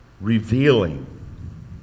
revealing